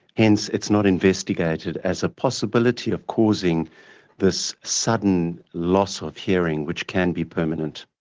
hence it's not investigated as a possibility of causing this sudden loss of hearing, which can be permanent.